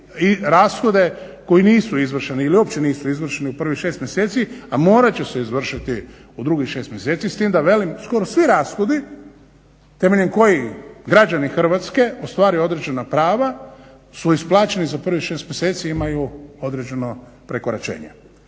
rashode koji nisu izvršeni ili uopće nisu izvršeni u prvih 6 mjeseci, a morat će se izvršiti u drugih 6 mjeseci s tim da velim skoro svi rashodi temeljem kojih građani Hrvatske ostvaruju određena prava su isplaćeni za prvih 6 mjeseci i imaju određeno prekoračenje.